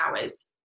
hours